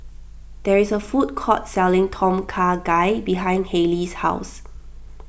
there is a food court selling Tom Kha Gai behind Haley's house